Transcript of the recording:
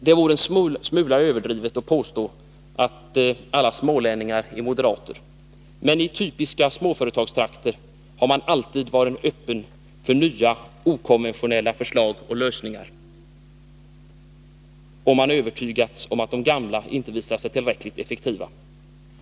Det vore en smula överdrivet att påstå att alla smålänningar är moderater, men i typiska småföretagstrakter har man alltid varit öppen för nya okonventionella förslag och lösningar, om man övertygats om att de gamla inte visat sig tillräckligt effektiva.